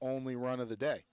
only run of the day